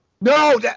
No